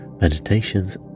meditations